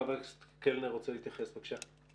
חבר הכנסת קלנר רוצה להתייחס, בבקשה.